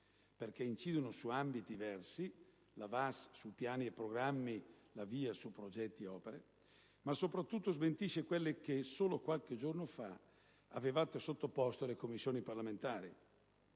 perché incidono su ambiti diversi (la VAS su piani e programmi, la VIA su progetti e opere), ma soprattutto smentisce quello che, solo qualche giorno fa, avevate sottoposto alle Commissioni parlamentari: